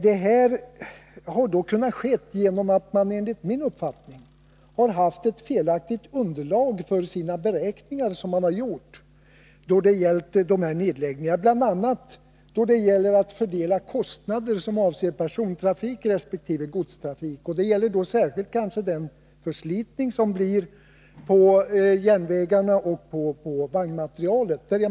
Att det har kunnat bli på det sättet beror enligt min uppfattning på att man haft ett felaktigt underlag för sina beräkningar då det gäller dessa nedläggningar. Det handlar bl.a. om en fördelning av de kostnader som avser persontrafiken resp. godstrafiken och kanske särskilt den förslitning som uppstår på järnvägssträckorna och på vagnmaterialet.